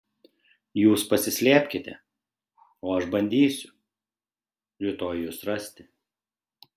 jūs pasislėpkite o aš bandysiu rytoj jus rasti